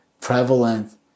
prevalent